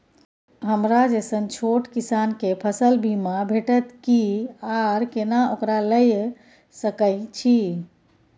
हमरा जैसन छोट किसान के फसल बीमा भेटत कि आर केना ओकरा लैय सकैय छि?